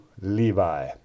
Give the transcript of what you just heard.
Levi